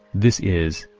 this is,